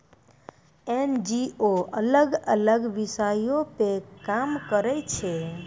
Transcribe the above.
NGO अलग अलग विषयो पे काम करै छै